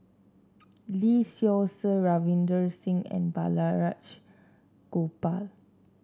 Lee Seow Ser Ravinder Singh and Balraj Gopal